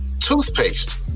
toothpaste